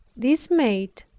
this maid,